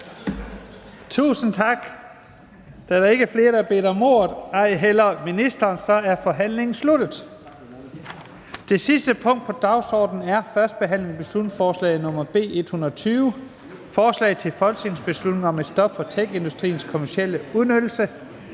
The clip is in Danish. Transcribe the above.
punkt. Da der ikke er flere, der har bedt om ordet, ej heller ministeren, er forhandlingen sluttet. --- Det sidste punkt på dagsordenen er: 32) 1. behandling af beslutningsforslag nr. B 120: Forslag til folketingsbeslutning om et stop for techindustriens kommercielle udnyttelse